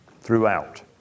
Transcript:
throughout